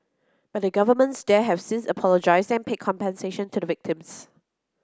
but the governments there have since apologised and paid compensation to the victims